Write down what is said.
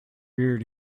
reared